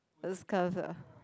ah